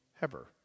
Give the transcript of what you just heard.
Heber